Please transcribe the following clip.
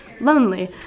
lonely